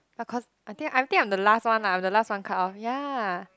but cause I think I'm the last one lah I'm the last one cut off ya